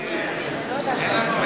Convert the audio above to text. אין לנו מנמק.